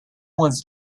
was